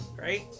Right